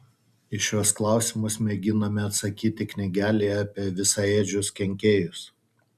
į šiuos klausimus mėginame atsakyti knygelėje apie visaėdžius kenkėjus